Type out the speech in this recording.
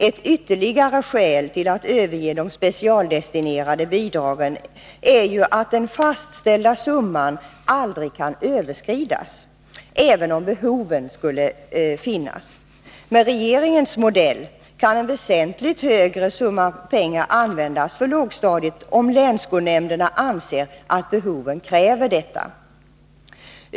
Ett ytterligare skäl till att överge de specialdestinerade bidragen är ju att den fastställda summan aldrig kan överskridas, även om behov härav skulle finnas. Med regeringens modell kan en väsentligt högre summa användas för lågstadiet, om länsskolnämnderna anser att behov av detta föreligger.